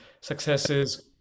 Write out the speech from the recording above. successes